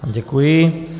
Děkuji.